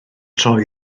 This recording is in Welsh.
troi